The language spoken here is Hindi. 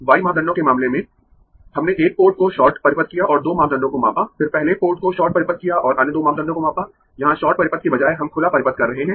y मापदंडों के मामले में हमने एक पोर्ट को शॉर्ट परिपथ किया और दो मापदंडों को मापा फिर पहले पोर्ट को शॉर्ट परिपथ किया और अन्य दो मापदंडों को मापा यहां शॉर्ट परिपथ के बजाय हम खुला परिपथ कर रहे है